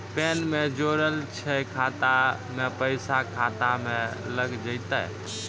Pan ने जोड़लऽ छै खाता मे पैसा खाता मे लग जयतै?